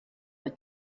bei